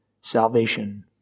salvation